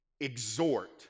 exhort